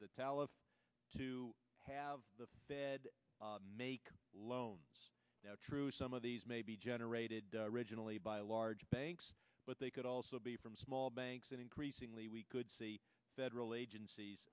talent to have the bed make loans now true some of these may be generated originally by a large banks but they could also be from small banks and increasingly we could see federal agencies